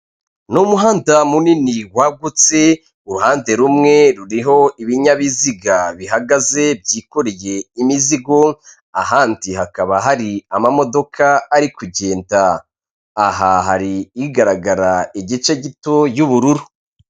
Ni umuhanda munini wagutse, uruhande rumwe ruriho ibinyabiziga bihagaze byikoreye imizigo ahandi hakaba hari amamodoka ari kugenda, aha hari igaragara igice gito y'ubururu.